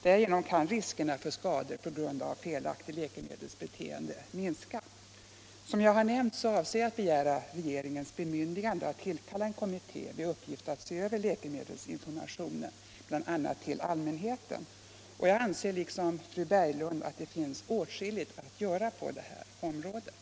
Därigenom kan riskerna för skador på grund av felaktigt läkemedelsanvändande minska. Som jag har nämnt avser jag att begära regeringens bemyndigande att tillsätta en kommitté med uppgift att se över läkemedelsinformationen till allmänheten. Jag anser liksom fru Berglund att det finns åtskilligt att göra på det området.